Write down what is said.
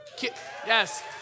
Yes